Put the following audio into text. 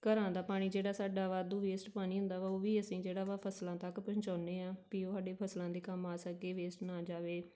ਘਰਾਂ ਦਾ ਪਾਣੀ ਜਿਹੜਾ ਸਾਡਾ ਵਾਧੂ ਵੇਸਟ ਪਾਣੀ ਹੁੰਦਾ ਵਾ ਉਹ ਵੀ ਅਸੀਂ ਜਿਹੜਾ ਵਾ ਫਸਲਾਂ ਤੱਕ ਪਹੁੰਚਾਉਂਦੇ ਹਾਂ ਵੀ ਉਹ ਸਾਡੀ ਫਸਲਾਂ ਦੇ ਕੰਮ ਆ ਸਕੇ ਵੇਸਟ ਨਾ ਜਾਵੇ